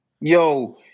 Yo